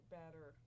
better